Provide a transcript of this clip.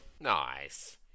Nice